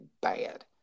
bad